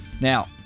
Now